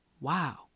Wow